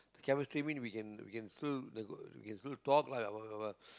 chemistry mean we can we can still we can still talk lah